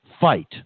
fight